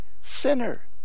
sinner